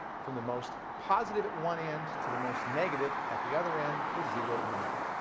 from the most positive at one end, to the most negative at the other end, with zero in the middle.